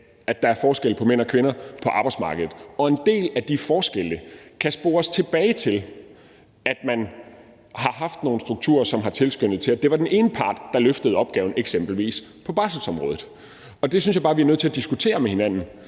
at der er forskel på mænd og kvinder på arbejdsmarkedet. En del af de forskelle kan spores tilbage til, at man har haft nogle strukturer, som har tilskyndet til, at det var den ene part, der løftede opgaven, eksempelvis på barselsområdet, og det synes jeg bare vi er nødt til at diskutere med hinanden.